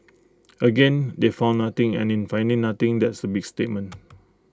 again they found nothing and in finding nothing that's A big statement